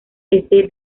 este